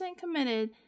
committed